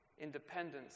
independence